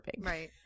Right